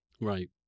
Right